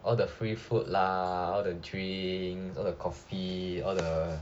all the free food lah all the drinks all the coffee all the